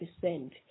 percent